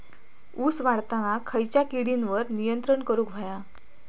ऊस वाढताना खयच्या किडींवर नियंत्रण करुक व्हया?